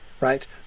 right